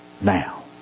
now